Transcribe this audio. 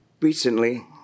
Recently